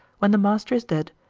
when the master is dead,